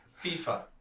FIFA